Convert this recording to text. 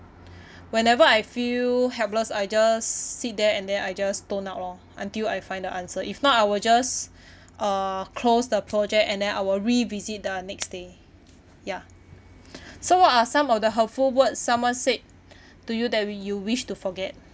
whenever I feel helpless I just sit there and then I just stone lor until I find the answer if not I will just uh close the project and then I will revisit the next day ya so what are some of the hurtful world someone said to you that you wish to forget